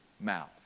mouth